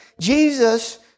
Jesus